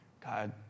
God